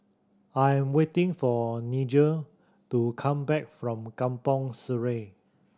I'm waiting for Nigel to come back from Kampong Sireh